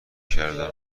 کردم